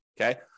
okay